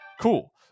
Cool